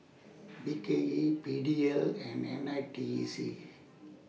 B K E P D L and N I T E C